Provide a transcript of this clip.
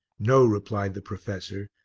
no, replied the professor,